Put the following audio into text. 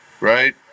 right